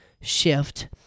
shift